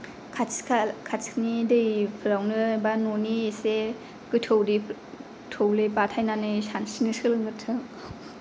खाथि खाल खाथिनि दैफ्रावनो बा न'नि इसे गोथौ दैफ्राव थौले बाथायनानै सानस्रिनो सोलोंग्रोथों